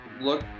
look